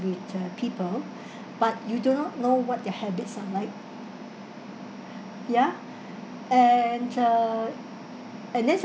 with uh people but you do not know what their habits are like ya and uh and then